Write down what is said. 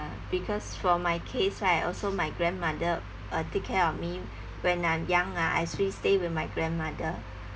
because for my case right also my grandmother uh take care of me when I'm young ah I actually stay with my grandmother